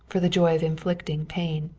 for the joy of inflicting pain.